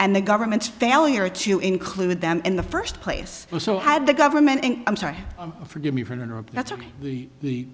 and the government's failure to include them in the first place so had the government i'm sorry forgive me for interrupting that's what the